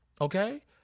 okay